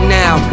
now